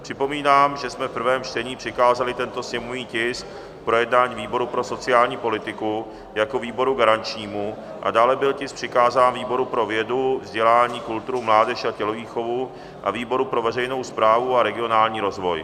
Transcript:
Připomínám, že jsme v prvém čtení přikázali tento sněmovní tisk k projednání výboru pro sociální politiku jako výboru garančnímu, a dále byl tisk přikázán výboru pro vědu, vzdělání, kulturu, mládež a tělovýchovu a výboru pro veřejnou správu a regionální rozvoj.